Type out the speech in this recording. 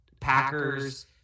Packers